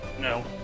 No